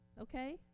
Okay